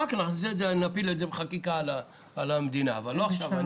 אחר כך נפיל את זה בחקיקה על המדינה אבל לא עכשיו.